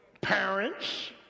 parents